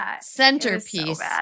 centerpiece